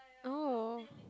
oh